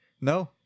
No